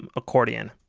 um accordion.